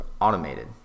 automated